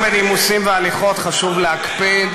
אם מתחילים בנימוסים והליכות, חשוב להקפיד.